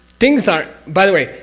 things are. by the way,